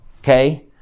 okay